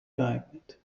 geeignet